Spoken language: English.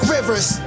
Rivers